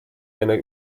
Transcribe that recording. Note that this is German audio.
eine